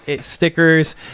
stickers